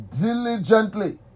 Diligently